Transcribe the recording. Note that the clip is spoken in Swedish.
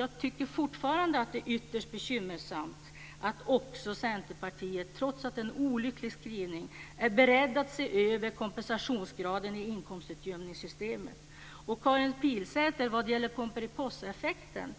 Jag tycker fortfarande att det är ytterst bekymmersamt att också Centerpartiet, trots att det är en olycklig skrivning, är berett att se över kompensationsgraden i inkomstutjämningssystemet. Karin Pilsäter! När det gäller pomperipossaeffekten